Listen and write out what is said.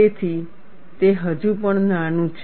તેથી તે હજુ પણ નાનું છે